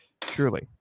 truly